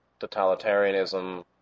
totalitarianism